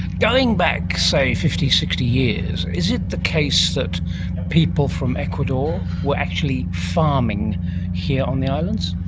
going back say fifty, sixty years, is it the case that people from ecuador were actually farming here on the islands?